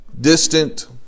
distant